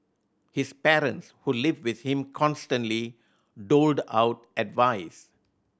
his parents who live with him constantly doled out advice